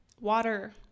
water